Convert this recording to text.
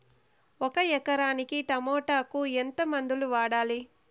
ఒక ఎకరాకి టమోటా కు ఎంత మందులు వాడాలి?